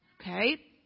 Okay